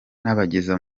n’abageze